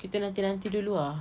kita nanti nanti dulu ah